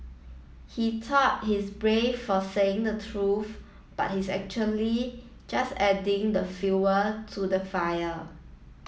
he thought he's brave for saying the truth but he's actually just adding fuel to the fire